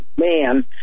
man